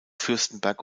fürstenberg